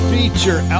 Feature